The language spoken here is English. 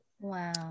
Wow